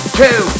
two